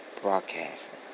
Broadcasting